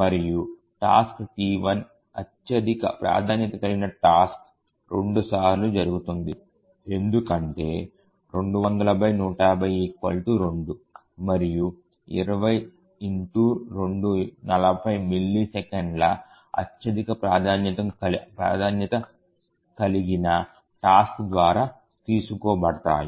మరియు task T1 అత్యధిక ప్రాధాన్యత కలిగిన టాస్క్ రెండు సార్లు జరుగుతుంది ఎందుకంటే 200150 2 మరియు 20 2 40 మిల్లీసెకన్లు అత్యధిక ప్రాధాన్యత కలిగిన టాస్క్ ద్వారా తీసుకోబడతాయి